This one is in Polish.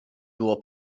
było